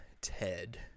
Ted